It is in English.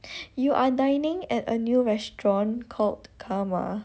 you are dining at a new restaurant called karma